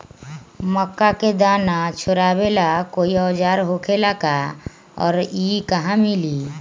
मक्का के दाना छोराबेला कोई औजार होखेला का और इ कहा मिली?